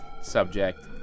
Subject